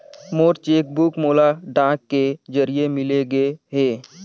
मोर cheque book मोला डाक के जरिए मिलगे हे